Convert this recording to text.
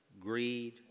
greed